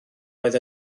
oedd